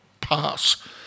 pass